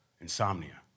Insomnia